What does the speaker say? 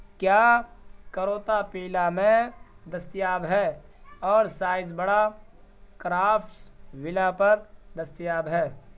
کیا کروطا پیلا میں دستیاب ہے اور سائز بڑا کرافٹس ولا پر دستیاب ہے